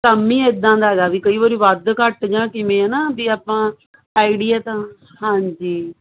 ਕੰਮ ਹੀ ਇਦਾਂ ਦਾ ਹੈਗਾ ਵੀ ਕਈ ਵਾਰੀ ਵੱਧ ਘੱਟ ਜਾਂ ਕਿਵੇਂ ਹਨਾ ਵੀ ਆਪਾਂ ਆਈਡੀਆ ਤਾਂ ਹਾਂਜੀ